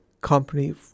company